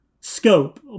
scope